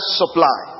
supply